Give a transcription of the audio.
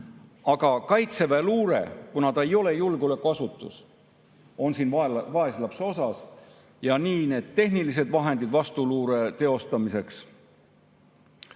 Aga kaitseväeluure, kuna ta ei ole julgeolekuasutus, on siin vaeslapse osas ja nii on tehnilised vahendid vastuluure teostamiseks,